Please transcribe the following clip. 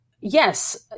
yes